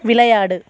விளையாடு